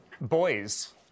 Boys